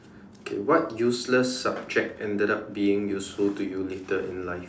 okay what useless subject ended up being useful to you later in life